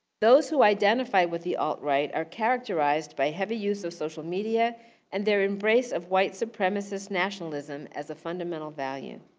those who identify with the alt-right are characterized by heavy use of social media and their embrace of white supremacist nationalism as a fundamental value.